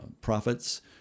profits